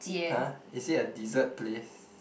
[huh] is it a dessert place